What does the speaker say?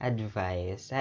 Advice